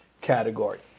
category